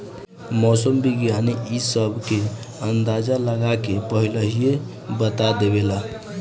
मौसम विज्ञानी इ सब के अंदाजा लगा के पहिलहिए बता देवेला